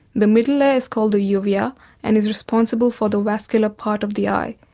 the middle layer is called the yeah uvea and is responsible for the vascular part of the eye,